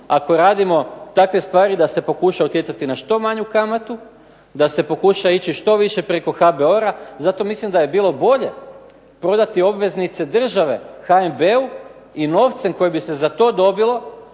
ako radimo takve stvari da se pokuša utjecati na što manju kamatu, da se pokuša ići što više preko HBOR-a zato mislim da bi bilo bolje prodati obveznice države HNB-u i novcem koji bi se za to dobilo